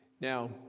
Now